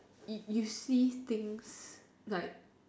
you you see things like